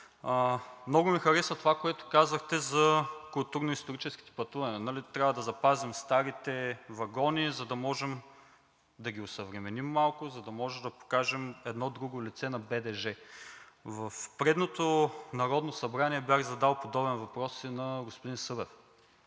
Много ми хареса това, което казахте за културно-историческите пътувания. Трябва да запазим старите вагони, да ги осъвременим малко, за да може да покажем едно друго лице на БДЖ. В предното Народно събрание бях задал подобен въпрос и на господин Събев.